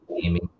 gaming